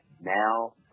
now